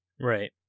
Right